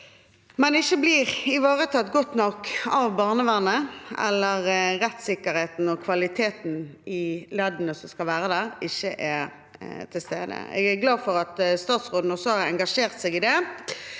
man ikke blir ivaretatt godt nok av barnevernet, eller når rettssikkerheten og kvaliteten i leddene som skal være der, ikke er til stede. Jeg er glad for at statsråden også har engasjert seg i det,